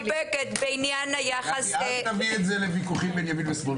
רק אל תביאי את זה לוויכוחים בין ימין ושמאל.